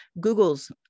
google's